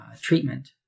treatment